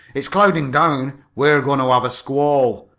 it's clouding down we are going to have a squall!